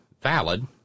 valid